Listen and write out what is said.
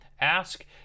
ask